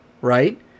right